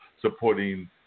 supporting